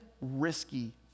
risky